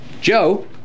Joe